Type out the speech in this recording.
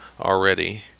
already